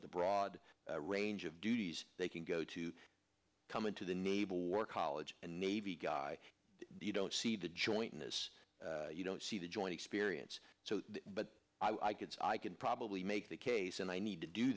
at the broad range of duties they can go to come into the naval war college and navy guy you don't see the jointness you don't see the joint experience so but i could say i can probably make the case and i need to do